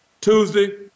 Tuesday